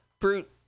Brute